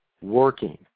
working